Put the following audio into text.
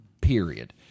period